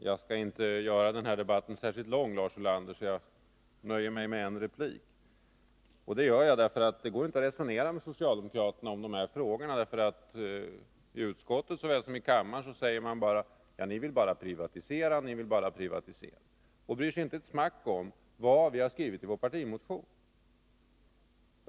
Herr talman! Jag skall inte göra denna debatt särskilt lång, Lars Ulander, så jag nöjer mig med en replik. Det gör jag därför att det inte går att resonera med socialdemokraterna om de här frågorna. Såväl i utskottet som i kammaren säger de bara: Ni vill bara privatisera, ni vill bara privatisera. De bryr sig inte alls om vad vi tagit upp i vår partimotion.